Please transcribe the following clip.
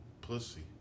Pussy